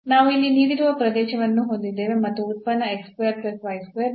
ನಾವು ಇಲ್ಲಿ ನೀಡಿರುವ ಪ್ರದೇಶವನ್ನು ಹೊಂದಿದ್ದೇವೆ ಮತ್ತು ಉತ್ಪನ್ನ x square plus y square